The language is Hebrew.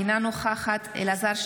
אינה נוכחת אלעזר שטרן,